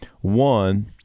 one